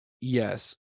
Yes